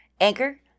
Anchor